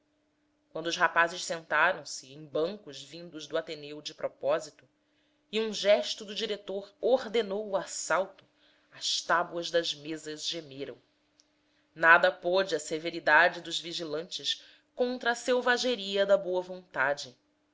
quando os rapazes sentaram-se em bancos vindos do ateneu de propósito e um gesto do diretor ordenou o assalto as tábuas das mesas gemeram nada pôde a severidade dos vigilantes contra a selvageria da boa vontade